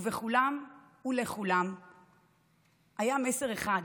ולכולם היה מסר אחד: